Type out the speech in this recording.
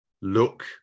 look